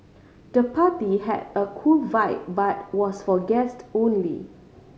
the party had a cool vibe but was for guest only